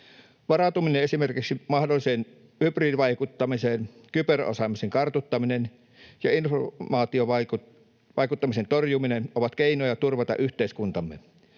Varautuminen esimerkiksi mahdolliseen hybridivaikuttamiseen, kyberosaamisen kartuttaminen ja informaatiovaikuttamisen torjuminen ovat keinoja turvata yhteiskuntamme.